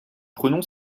prenons